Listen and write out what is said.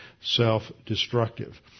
self-destructive